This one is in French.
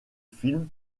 film